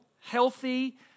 healthy